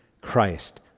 Christ